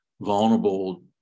vulnerable